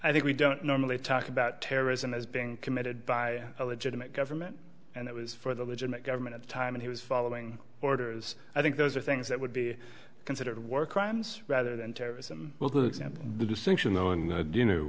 i think we don't normally talk about terrorism as being committed by a legitimate government and it was for the legitimate government at the time and he was following orders i think those are things that would be considered work crimes rather than terrorism well the example the distinction though in